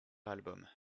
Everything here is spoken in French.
album